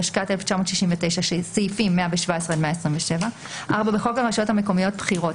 התשכ"ט-1969 - סעיפים 117 עד 127. בחוק הרשויות המקומיות (בחירות),